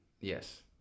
Yes